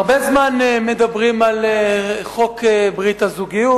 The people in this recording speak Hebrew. הרבה זמן מדברים על חוק ברית הזוגיות.